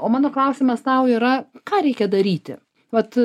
o mano klausimas tau yra ką reikia daryti vat